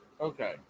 Okay